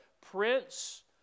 prince